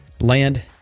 land